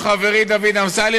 חברי דוד אמסלם,